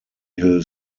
hill